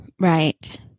Right